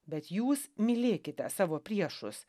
bet jūs mylėkite savo priešus